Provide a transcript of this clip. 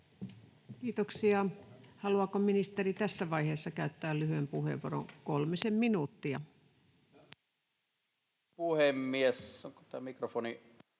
Kiitoksia. — Haluaako ministeri tässä vaiheessa käyttää lyhyen puheenvuoron? Kolmisen minuuttia.